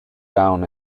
down